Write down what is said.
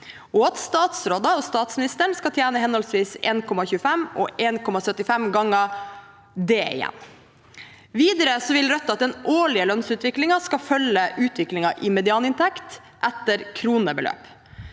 og at statsråder og statsministeren skal tjene henholdsvis 1,25 og 1,75 ganger det igjen. Videre vil Rødt at den årlige lønnsutviklingen skal følge utviklingen i medianinntekt etter kronebeløp.